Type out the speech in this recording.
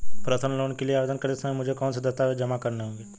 Personal loan के लिए आवेदन करते समय मुझे कौन से दस्तावेज़ जमा करने होंगे?